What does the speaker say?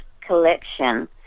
collection